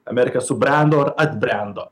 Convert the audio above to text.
amerika subrendo ar atbrendo